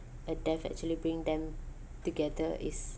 a death actually bring them together is